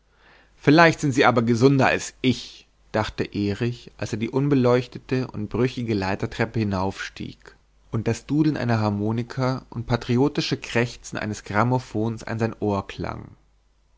vielleicht sind sie aber gesunder als ich dachte erich als er die unbeleuchtete und brüchige leitertreppe hinaufstieg und das dudeln einer harmonika und patriotische krächzen eines grammophons an sein ohr klang